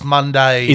Monday